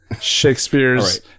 Shakespeare's